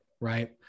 right